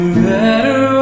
better